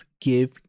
give